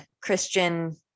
Christian